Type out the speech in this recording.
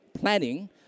planning